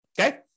okay